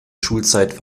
schulzeit